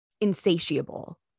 insatiable